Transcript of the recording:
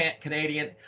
Canadian